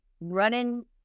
running